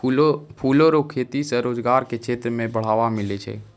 फूलो रो खेती से रोजगार के क्षेत्र मे भी बढ़ावा मिलै छै